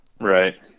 Right